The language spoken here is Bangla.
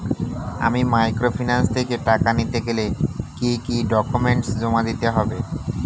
আমি মাইক্রোফিন্যান্স থেকে টাকা নিতে গেলে কি কি ডকুমেন্টস জমা দিতে হবে?